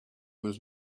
was